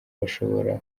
bashobora